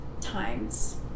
times